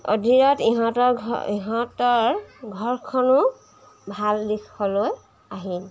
অধিৰত ইহঁতৰ ঘৰ ইহঁতৰ ঘৰখনো ভাল দিশলৈ আহিল